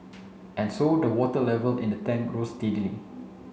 and so the water level in the tank rose steadily